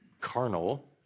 carnal